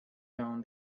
down